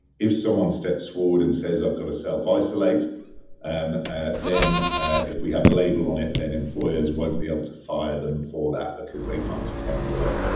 if someone steps forward and says, i've got to self-isolate and then if we have a label on it, then employers won't be able to fire them for that because they can't attend work.